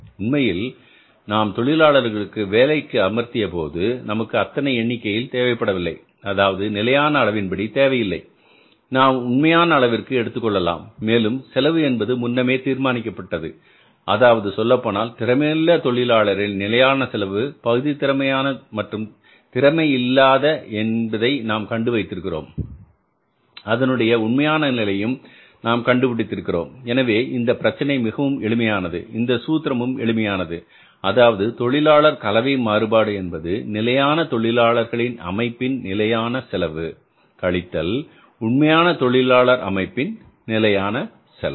உண்மையில் நாம் தொழிலாளர்களை வேலைக்கு அமர்த்திய போது நமக்கு அத்தனை எண்ணிக்கையில் தேவைப்படவில்லை அதாவது நிலையான அளவின்படி தேவையில்லை நாம் உண்மையான அளவிற்கு எடுத்துக்கொள்ளலாம் மேலும் செலவு என்பது முன்னமே தீர்மானிக்கப்பட்டது அதாவது சொல்லப்போனால் திறமையுள்ள தொழிலாளரின் நிலையான செலவு பகுதி திறமையான மற்றும் திறமை இல்லாத என்பதை நாம் கண்டு வைத்திருக்கிறோம் அதனுடைய உண்மையான நிலையும் நாம் கண்டுபிடித்திருக்கிறோம் எனவே இந்த பிரச்சனை மிகவும் எளிமையானது இந்த சூத்திரமும் எளிமையானது அதாவது தொழிலாளர் கலவை மாறுபாடு என்பது நிலையான தொழிலாளர்களின் அமைப்பின் நிலையான செலவு கழித்தல் உண்மையான தொழிலாளர் அமைப்பின் நிலையான செலவு